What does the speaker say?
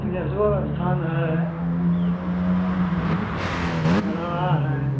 सिंहेश्वर स्थान है धरहरा है